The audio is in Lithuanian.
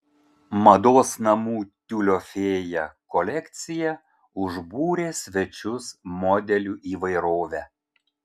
mados namų tiulio fėja kolekcija užbūrė svečius modelių įvairove